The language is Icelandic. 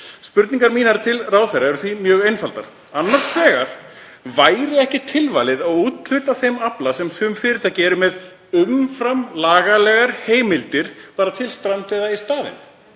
Spurningar mínar til ráðherra eru því mjög einfaldar. Annars vegar: Væri ekki tilvalið að úthluta þeim afla sem sum fyrirtæki eru með umfram lagalegar heimildir, til strandveiða í staðinn?